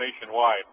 nationwide